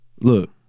Look